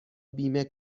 بیمه